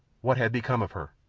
what had become of her?